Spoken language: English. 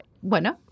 Bueno